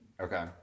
Okay